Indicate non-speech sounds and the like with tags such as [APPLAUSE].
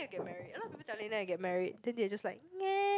get married a lot of people telling them get married then they are just like [NOISE]